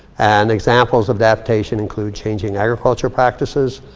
and examples of adaptation include changing agriculture practices,